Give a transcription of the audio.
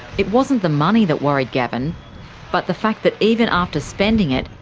it wasn't the money that worried gavin but the fact that even after spending it,